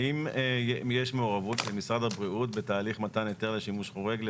האם יש מעורבות למשרד הבריאות בתהליך מתן היתר לשימוש חורג למעונות?